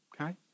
okay